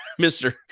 Mr